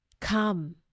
Come